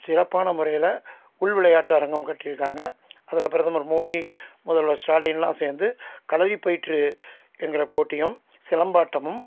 சிறப்பான முறையில் உள்விளையாட்டு அரங்கம் கட்டிருக்காங்க அதில் பிரதமர் மோடி முதல்வர் ஸ்டாலின்லாம் சேர்ந்து களரிப்பயிற்று என்கிற போட்டியும் சிலம்பாட்டமும்